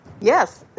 Yes